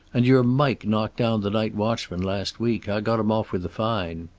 and your mike knocked down the night watchman last week. i got him off with a fine.